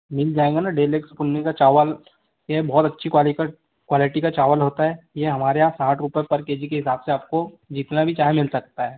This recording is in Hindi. मिल जाएगा ना डेलिक्स कंपनी का चावल ये बहुत अच्छी क्वालिटी का चावल होता है ये हमारे यहाँ साठ रुपए पर के जी के हिसाब से आपको जितना भी चाहे मिल सकता है